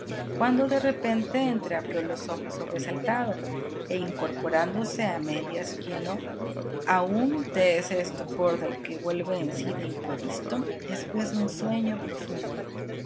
cuando de repente entreabrió los ojos sobresaltado e incorporóse a medias lleno aún de ese estupor del que vuelve en sí de improvisto después de un sueño profundo